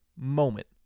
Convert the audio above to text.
moment